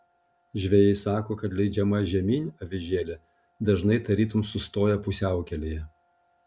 žvejai sako kad leidžiama žemyn avižėlė dažnai tarytum sustoja pusiaukelėje